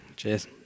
Cheers